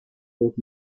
dos